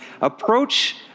approach